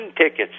tickets